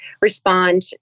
respond